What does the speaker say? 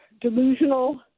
delusional